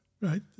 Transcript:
Right